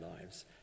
lives